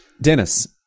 Dennis